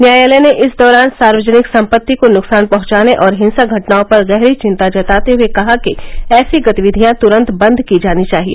न्यायालय ने इस दौरान सार्वजनिक सम्पत्ति को नुकसान पहुंचाने और हिंसक घटनाओं पर गहरी चिंता जताते हुए कहा कि ऐसी गतिविधियां तुरन्त बंद की जानी चाहिए